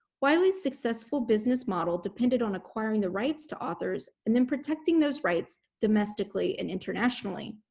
wiley's successful business model depended on acquiring the rights to authors and then protecting those rights domestically and internationally